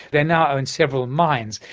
they now own several mines,